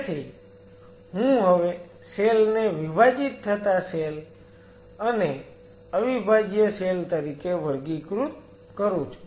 તેથી હું હવે સેલ ને વિભાજીત થતા સેલ અને અવિભાજ્ય સેલ તરીકે વર્ગીકૃત કરું છું